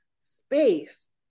space